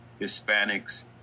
Hispanics